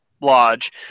Lodge